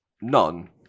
None